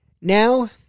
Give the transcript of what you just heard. Now